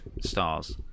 stars